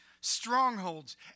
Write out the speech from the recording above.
strongholds